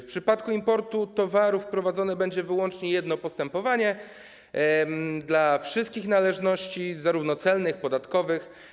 W przypadku importu towarów prowadzone będzie wyłącznie jedno postępowanie dla wszystkich należności, zarówno celnych, jak i podatkowych.